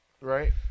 right